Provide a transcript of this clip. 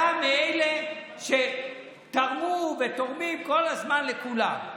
אתה מאלה שתרמו ותורמים כל הזמן לכולם.